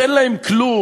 שאין להן כלום.